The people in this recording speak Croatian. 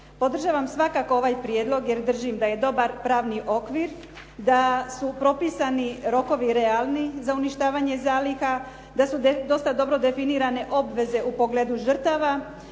Podržavam svakako ovaj prijedlog, jer držim da je dobar pravni okvir, da su propisani rokovi realni za uništavanje zaliha, da su dosta dobro definirane obveze u pogledu žrtava,